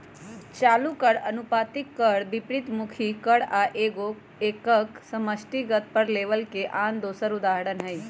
चालू कर, अनुपातिक कर, विपरितमुखी कर आ एगो एकक समष्टिगत कर लेबल के आन दोसर उदाहरण हइ